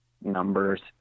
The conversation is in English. numbers